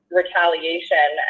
retaliation